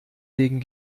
legen